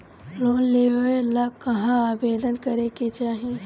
Loan लेवे ला कहाँ आवेदन करे के चाही?